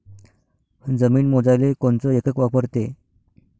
जमीन मोजाले कोनचं एकक वापरते?